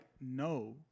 no